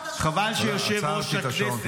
היושב-ראש, תעצור את השעון.